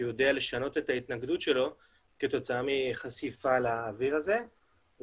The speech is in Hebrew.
שיודע לשנות את ההתנגדות שלו כתוצאה מחשיפה לאוויר הזה.